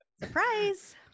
Surprise